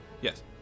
yes